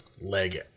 leg